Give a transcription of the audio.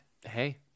Hey